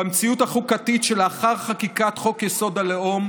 במציאות החוקתית שלאחר חקיקת חוק-יסוד: הלאום,